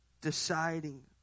Deciding